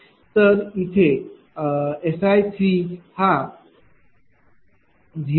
तर इथे SI हा SI30